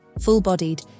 full-bodied